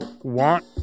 want